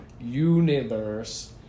universe